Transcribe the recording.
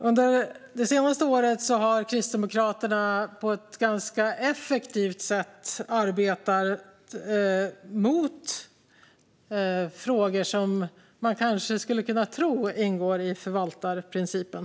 Under det senaste året har Kristdemokraterna på ett ganska effektivt sätt arbetat mot frågor som man kanske skulle kunna tro ingår i förvaltarprincipen.